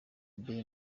ben